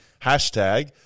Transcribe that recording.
Hashtag